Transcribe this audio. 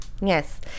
Yes